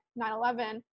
9-11